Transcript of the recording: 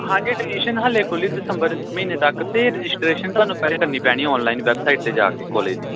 ਹਾਂਜੀ ਅਡਮੀਸ਼ਨ ਹਜੇ ਖੁੱਲ੍ਹੀ ਦਿਸੰਬਰ ਮਹੀਨੇ ਤੱਕ ਅਤੇ ਰਜਿਸਟ੍ਰੇਸ਼ਨ ਤੁਹਾਨੂੰ ਪਹਿਲੇ ਕਰਨੀ ਪੈਣੀ ਔਨਲਾਈਨ ਵੈੱਬਸਾਈਟ 'ਤੇ ਜਾ ਕੇ ਕੋਲੇਜ ਦੀ